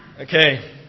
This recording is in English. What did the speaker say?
Okay